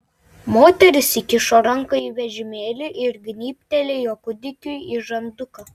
moteris įkišo ranką į vežimėlį ir gnybtelėjo kūdikiui į žanduką